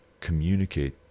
communicate